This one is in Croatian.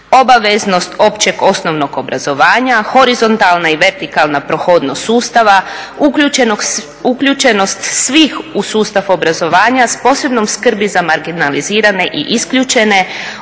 obaveznost općeg osnovnog obrazovanja, horizontalna i vertikalna prohodnost sustava, uključenost svi u sustav obrazovanja s posebnom skrbi za marginalizirane i isključene,